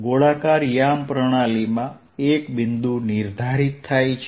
ગોળાકાર યામ પ્રણાલીમાં એક બિંદુ નિર્ધારિત થાય છે